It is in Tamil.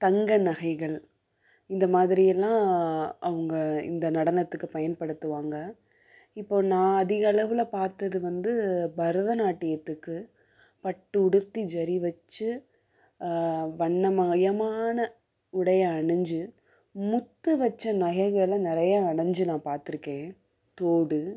தங்க நகைகள் இந்த மாதிரி எல்லாம் அவங்க இந்த நடனத்துக்கு பயன்படுத்துவாங்க இப்போது நான் அதிகளவில் பார்த்தது வந்து பரதநாட்டியத்துக்கு பட்டு உடுத்தி ஜரி வச்சு வண்ண மயமான உடைய அணிஞ்சு முத்து வச்ச நகைகளை நிறைய அணிஞ்சு நான் பார்த்துருக்கேன் தோடு